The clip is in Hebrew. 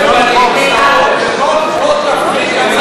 לא,